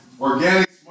organic